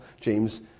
James